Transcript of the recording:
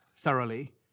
Thoroughly